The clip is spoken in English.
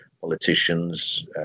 politicians